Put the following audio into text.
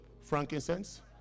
Frankincense